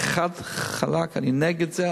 אני חד וחלק נגד זה.